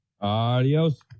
Adios